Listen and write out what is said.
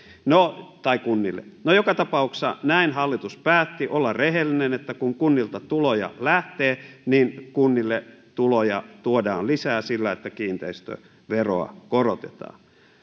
tai kunnille no joka tapauksessa näin hallitus päätti olla rehellinen että kun kunnilta tuloja lähtee niin kunnille tuloja tuodaan lisää sillä että kiinteistöveroa korotetaan